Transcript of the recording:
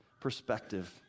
Perspective